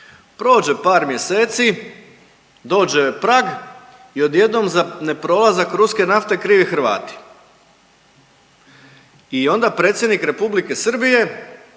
Prođe par mjeseci, dođe prag i odjednom za ne prolazak ruske nafte krivi Hrvati i onda predsjednik Republike Srbije